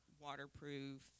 waterproof